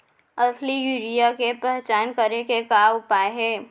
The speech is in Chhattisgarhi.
असली यूरिया के पहचान करे के का उपाय हे?